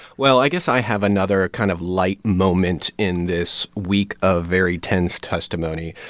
well, i guess i have another kind of light moment in this week of very tense testimony.